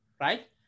right